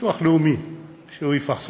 הביטוח הלאומי יפרסם,